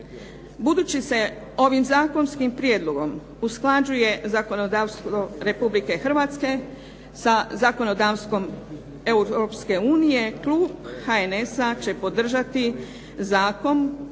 Budući se ovim zakonskim prijedlogom usklađuje zakonodavstvo Republike Hrvatske sa zakonodavstvom Europske unije klub HNS-a će podržati zakon